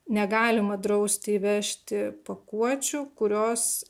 negalima drausti įvežti pakuočių kurios